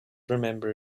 remember